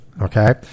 okay